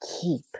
keep